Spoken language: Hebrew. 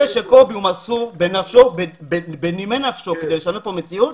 קובי מסור וזה בנפשו ובדמו כדי לשנות את המציאות.